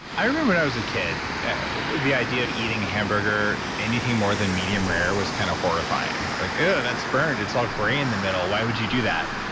i remember when i was a kid the idea of eating hamburger anything more than medium rare was kind of horrifying. ew like yeah and that's burned, it's all gray in the middle, why would you do that?